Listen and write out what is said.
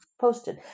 posted